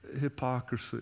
hypocrisy